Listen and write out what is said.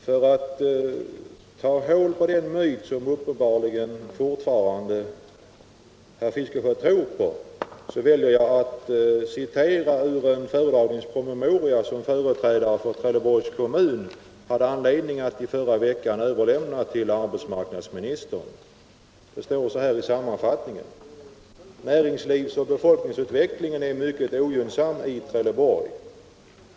För att belysa en myt som uppenbarligen herr Fiskesjö tror på väljer jag att citera ur en föredragningspromemoria som företrädare för Trelleborgs kommun hade anledning att förra veckan överlämna till arbetsmarknadsministern. Det står i en sammanfattning: ”Näringslivsoch be 95 folkningsutvecklingen är mycket ogynnsam i Trelleborg.